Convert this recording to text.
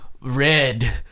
red